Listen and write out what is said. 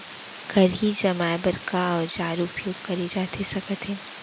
खरही जमाए बर का औजार उपयोग करे जाथे सकत हे?